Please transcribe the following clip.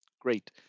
great